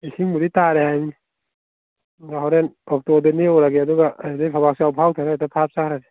ꯏꯁꯤꯡꯕꯨꯗꯤ ꯇꯥꯔꯦ ꯍꯥꯏꯕꯅꯤ ꯑꯗꯨ ꯍꯣꯔꯦꯟ ꯑꯣꯛꯇꯣꯗ ꯅꯦꯛꯎꯔꯒꯦ ꯑꯗꯨꯒ ꯑꯗꯨꯗꯩ ꯐꯧꯕꯥꯛꯆꯥꯎ ꯐꯥꯎꯊꯔ ꯍꯦꯛꯇ ꯆꯠꯈ꯭ꯔꯁꯤ